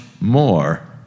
more